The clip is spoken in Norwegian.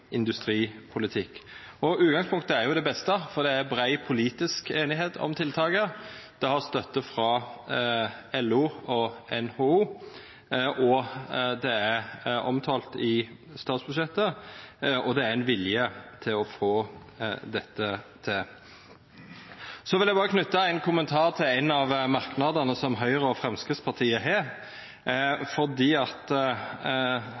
industripolitikk. Utgangspunktet er det beste, for det er brei politisk einigheit om tiltaket, det har støtte frå LO og NHO, det er omtalt i statsbudsjettet, og det er vilje til å få dette til. Eg vil berre knyte ein kommentar til ein av merknadene som Høgre og Framstegspartiet har, fordi dei er veldig opptekne av at